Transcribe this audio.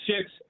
six